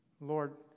Lord